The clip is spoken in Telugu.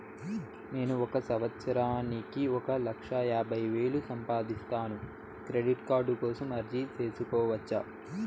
నేను ఒక సంవత్సరానికి ఒక లక్ష యాభై వేలు సంపాదిస్తాను, క్రెడిట్ కార్డు కోసం అర్జీ సేసుకోవచ్చా?